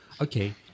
okay